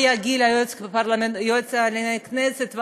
היועץ לענייני כנסת,